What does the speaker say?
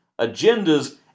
agendas